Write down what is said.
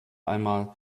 einmal